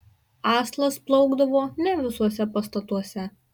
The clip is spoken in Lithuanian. aslas plūkdavo ne visuose pastatuose